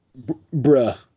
Bruh